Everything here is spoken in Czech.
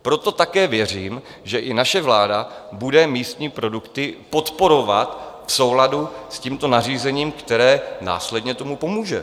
Proto také věřím, že i naše vláda bude místní produkty podporovat v souladu s tímto nařízením, které následně tomu pomůže.